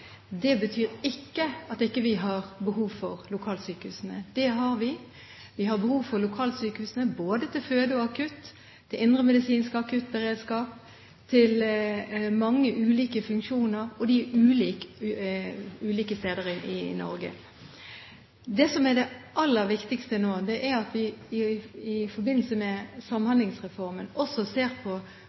Det betyr ikke at vi ikke har behov for lokalsykehusene. Det har vi. Vi har behov for lokalsykehusene både til føde og akutt, til indremedisinsk akuttberedskap, til mange ulike funksjoner, og disse er ulike for ulike steder i Norge. Det som er det aller viktigste nå, er at vi i forbindelse med Samhandlingsreformen også ser på